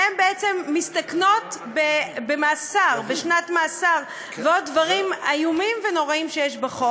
הן בעצם מסתכנות בשנת מאסר ועוד דברים איומים ונוראים שיש בחוק.